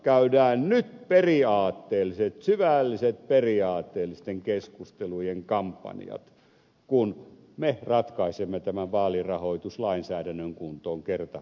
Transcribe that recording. käydään nyt periaatteelliset syvälliset periaatteellisten keskustelujen kampanjat kun me ratkaisemme tämän vaalirahoituslainsäädännön kuntoon kertaheitolla